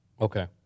Okay